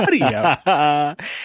audio